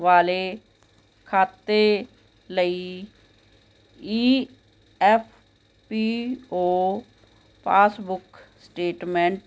ਵਾਲੇ ਖਾਤੇ ਲਈ E F P O passbook statement